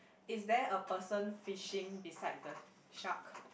is there a person fishing beside the shark